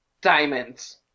Diamonds